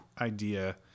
idea